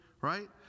right